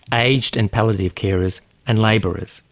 aged and palliative carers and laborers.